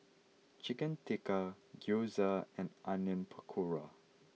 Chicken Tikka Gyoza and Onion Pakora